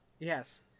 yes